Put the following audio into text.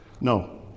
No